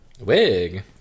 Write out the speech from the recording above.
wig